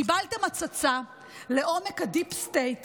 קיבלתם הצצה לעומק הדיפ-סטייט